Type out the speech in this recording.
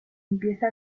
empieza